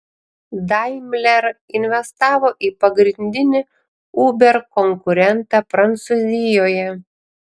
daimler investavo į pagrindinį uber konkurentą prancūzijoje